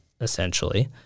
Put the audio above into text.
essentially